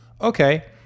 okay